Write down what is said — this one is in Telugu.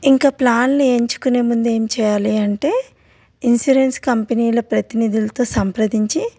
ఇంక ప్లాన్లు ఎంచుకునే ముందు ఏం చేయాలి అంటే ఇన్సూరెన్స్ కంపెనీల ప్రతినిధులతో సంప్రదించి